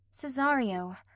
Cesario